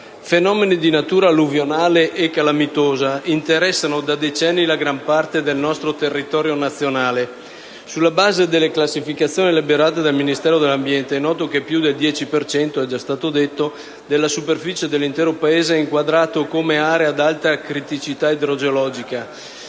Fenomeni di natura alluvionale e calamitosa interessano da decenni gran parte del nostro territorio nazionale. Sulla base delle classificazioni elaborate dal Ministero dell'ambiente è noto che più del 10 per cento della superficie dell'intero Paese è inquadrato come area ad alta criticità idrogeologica.